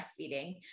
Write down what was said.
breastfeeding